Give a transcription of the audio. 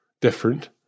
different